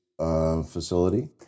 facility